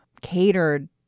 catered